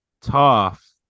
tough